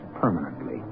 permanently